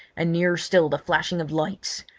and nearer still the flashing of lights.